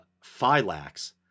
Phylax